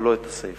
אבל לא את הסיפא.